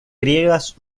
griegas